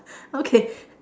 okay